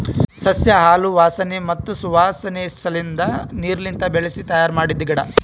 ಸಸ್ಯ ಹಾಲು ವಾಸನೆ ಮತ್ತ್ ಸುವಾಸನೆ ಸಲೆಂದ್ ನೀರ್ಲಿಂತ ಬೆಳಿಸಿ ತಯ್ಯಾರ ಮಾಡಿದ್ದ ಗಿಡ